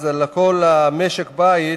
אז לכל משק-בית